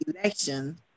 election